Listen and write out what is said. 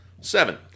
Seven